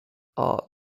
are